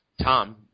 Tom